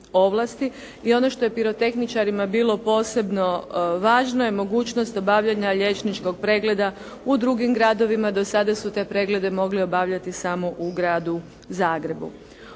I ono što je pirotehničarima bilo posebno važno je mogućnost obavljanja liječničkog pregleda u drugim gradovima. Do sada su te preglede mogli obavljati samo u gradu Zagrebu.